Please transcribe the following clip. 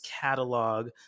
catalog